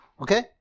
Okay